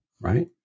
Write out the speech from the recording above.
right